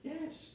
Yes